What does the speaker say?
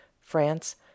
France